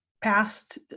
past